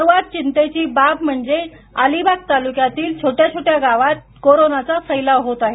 सर्वात चिंतेची बाब म्हणजे अलिबाग तालुक्यातील छोटया छोटया गावात कोरोनाचा फैलाव होत आहे